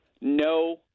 No